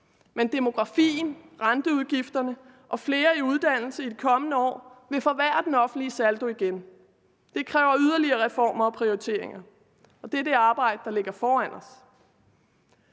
Men demografien, renteudgifterne og flere i uddannelse i de kommende år vil forværre den offentlige saldo igen. Det kræver yderligere reformer og prioriteringer, og det er det arbejde, der ligger foran os.